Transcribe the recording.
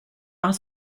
are